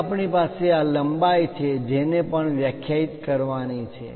હવે આપણી પાસે આ લંબાઈ છે જેને પણ વ્યાખ્યાયિત કરવાની છે